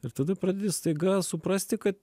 ir tada pradedi staiga suprasti kad